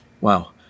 wow